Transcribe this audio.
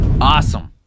awesome